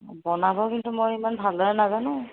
বনাব কিন্তু মই ইমান ভালদৰে নাজানো